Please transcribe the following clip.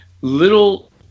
little